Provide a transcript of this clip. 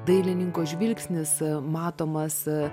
dailininko žvilgsnis matomas